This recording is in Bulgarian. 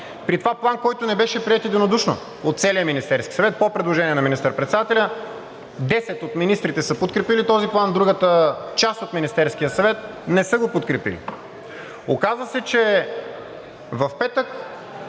При това План, който не беше приет единодушно от целия Министерски съвет по предложение на министър-председателя – 10 от министрите са подкрепили този план. Другата част от Министерския съвет не са го подкрепили. Оказа се, че в петък